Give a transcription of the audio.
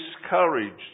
discouraged